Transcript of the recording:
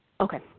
Okay